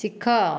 ଶିଖ